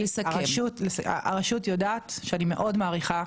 הרשות יודעת שאני מאוד מעריכה,